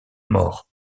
morts